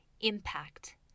impact